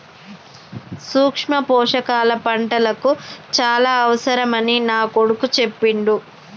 సూక్ష్మ పోషకాల పంటలకు చాల అవసరమని నా కొడుకు చెప్పిండు